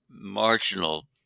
marginal